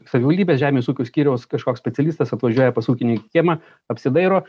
savivaldybės žemės ūkio skyriaus kažkoks specialistas atvažiuoja pas ūkininką į kiemą apsidairo